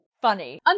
funny